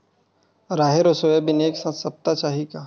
राहेर अउ सोयाबीन एक साथ सप्ता चाही का?